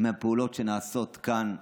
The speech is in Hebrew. מהפעולות שנעשות כאן בממשלה.